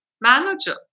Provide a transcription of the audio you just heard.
manager